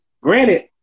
granted